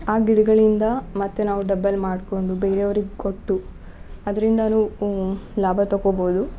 ಆ ಗಿಡಗಳಿಂದ ಮತ್ತೆ ನಾವು ಡಬ್ಬಲ್ ಮಾಡಿಕೊಂಡು ಬೇರೆ ಅವ್ರಿಗೆ ಕೊಟ್ಟು ಅದ್ರಿಂದಲೂ ಲಾಭ ತಗೊಳ್ಬೋದು